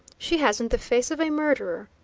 she hasn't the face of a murderer.